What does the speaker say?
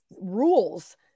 rules